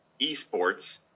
eSports